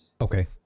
Okay